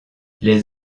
les